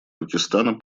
пакистана